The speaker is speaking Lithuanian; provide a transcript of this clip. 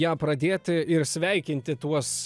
ją pradėti ir sveikinti tuos